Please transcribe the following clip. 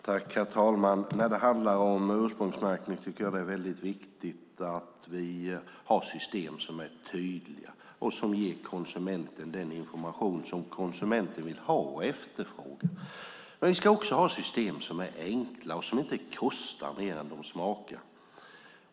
Herr talman! När det handlar om ursprungsmärkning tycker jag att det är viktigt att vi har tydliga system som ger konsumenten den information som konsumenten vill ha och efterfrågar. Men vi ska också ha system som är enkla och som inte kostar mer än de smakar.